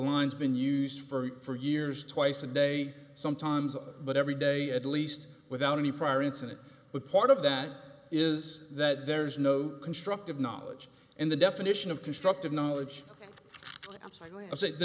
lines been used for years twice a day sometimes but every day at least without any prior incident but part of that is that there's no constructive knowledge in the definition of constructive knowledge